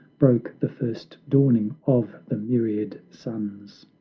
broke the first dawning of the myriad suns!